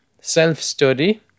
Self-study